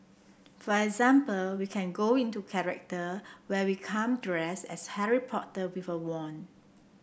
for example we can go into character where we come dress as Harry Potter with a wand